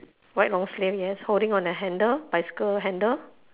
white long sleeve yes holding on the handle bicycle handle